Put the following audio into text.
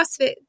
CrossFit